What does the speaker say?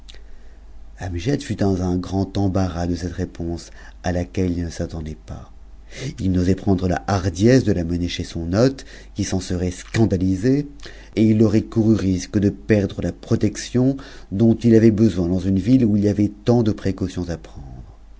fut dans un grand embarras de cette réponse à laque tc j il s'attendait pas ii n'osait prendre la hardiesse de la mener chez son t qui s'en serait scandalisé et il aurait couru risque de perdre la m'of tion dont it avait besoin dans une ville où il y avait tant de précautions prendre